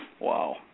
Wow